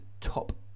top